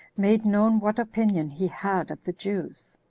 made known what opinion he had of the jews.